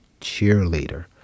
cheerleader